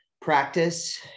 practice